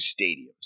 stadiums